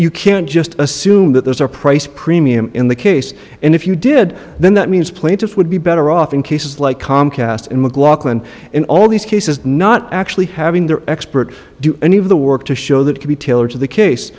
you can't just assume that there's a price premium in the case and if you did then that means plaintiff would be better off in cases like comcast and mclaughlin in all these cases not actually having their expert do any of the work to show that could be tailored to the case